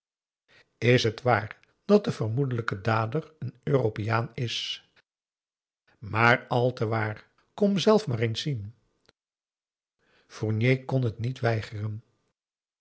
is het waar dat de vermoedelijke dader een europeaan is maar al te waar kom zelf maar eens zien fournier kon het niet weigeren